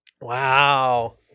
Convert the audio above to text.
Wow